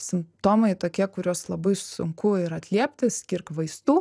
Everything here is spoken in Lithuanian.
simptomai tokie kuriuos labai sunku ir atliepti skirk vaistų